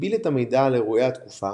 הגביל את המידע על אירועי התקופה